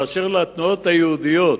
אשר לתנועות היהודיות,